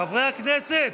חברי הכנסת,